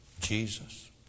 Jesus